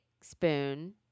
spoon